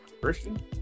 Christian